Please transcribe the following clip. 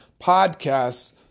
podcasts